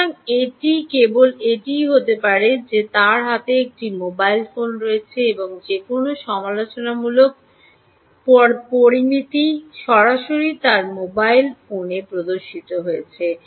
সুতরাং এটি কেবল এটিই হতে পারে যে তার হাতে একটি মোবাইল ফোন রয়েছে এবং যে কোনও সমালোচনামূলক পরামিতি সরাসরি তার মোবাইল ফোনে প্রদর্শিত হয়েছে